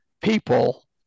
people